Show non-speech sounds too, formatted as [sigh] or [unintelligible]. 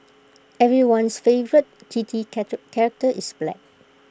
everyone's favourite kitty [unintelligible] character is back